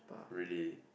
really